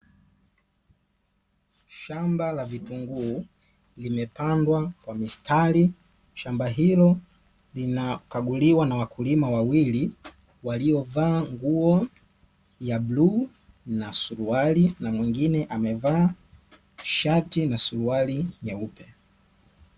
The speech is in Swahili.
Shamba la vitunguu limepandwa kwa mistari, shamba hilo linakaguliwa na wakulima wawili, waliovaa nguo ya bluu na suruali, na mwingine amevaa shati na suruali nyeupe.